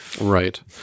Right